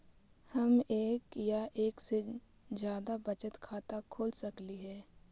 हम एक या एक से जादा बचत खाता खोल सकली हे?